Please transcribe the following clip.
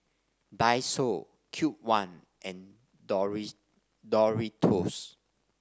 Daiso Cube one and Doris Doritos